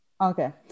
Okay